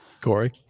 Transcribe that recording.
Corey